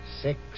six